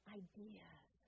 ideas